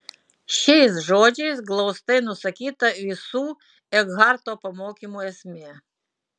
šiais žodžiais glaustai nusakyta visų ekharto pamokymų esmė